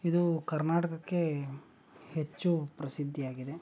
ಇದು ಕರ್ನಾಟಕಕ್ಕೆ ಹೆಚ್ಚು ಪ್ರಸಿದ್ಧಿಯಾಗಿದೆ